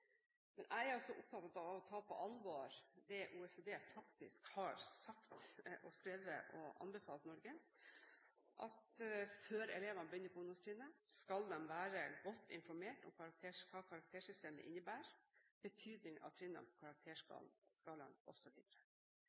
men jeg er opptatt av å ta på alvor det OECD faktisk har sagt, skrevet og anbefalt Norge, at før elevene begynner på ungdomstrinnet, skal de være godt informert om hva karaktersystemet innebærer, betydningen av trinnene på